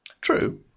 True